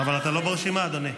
אבל אתה לא ברשימה, אדוני.